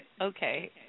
okay